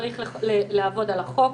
צריך לעבוד על החוק,